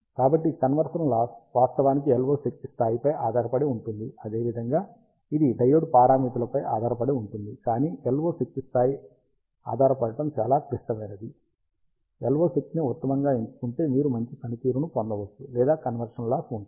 కాబట్టి conversion loss వాస్తవానికి LO శక్తి స్థాయిపై ఆధారపడి ఉంటుంది అదే విధంగా ఇది డయోడ్ పారామితులపై ఆధారపడి ఉంటుంది కానీ LO శక్తి స్థాయి ఆధారపడటం చాలా క్లిష్టమైనది LO శక్తి ని ఉత్తమంగా ఎంచుకుంటే మీరు మంచి పనితీరును పొందవచ్చు లేదా కన్వర్షన్ లాస్ ఉంటుంది